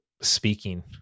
speaking